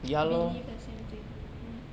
believe the same thing ya